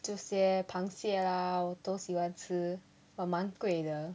这些螃蟹啦我都喜欢吃 but 蛮贵的